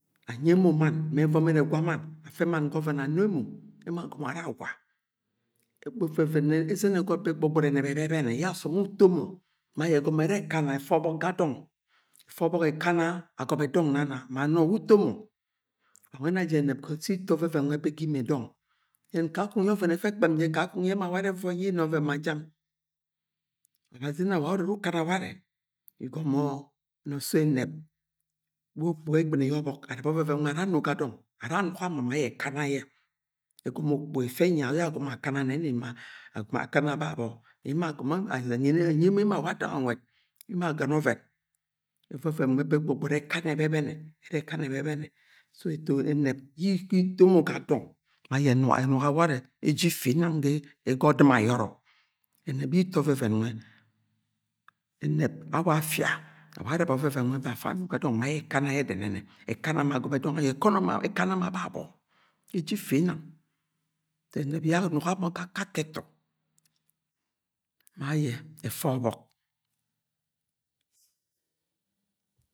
Anyi emo mann evom ere egwa mann afe mann ga oven ano emo emo ara agwa ekpo oveven ezen egot be gbogbori enap ebebene ye osom uto mo ma egomo ere ekana efe obok ga dong efe obok ekana agobe dong nana ma no wu uto mo wa nwe ena je enep se ito oveven nwe be ga imie dong yen kakung oven efe ekpem je kakung ye ema ware ugono ni uso enep, wu ukpuga egbini ye obok arebe oveven nwe ara ario ga dong ara anuga mo ma ekana ye egomo akana babo anyi emo, emo awa dong a nwe gbogbori ekena ebebene, ere ekana ebebene so eto, enep y, ito mo ga dong ma enuga ware eje ifinanang ga odim ayoro enep yi ito oveven nwe enep awa afia awa arebe oveven nwe afa ano ga dong ma ekana ye denene ekanama agob dong ayo ekana ma babo eje ifi nang so enep ya anuga mo ga akake etu ma aye efe obok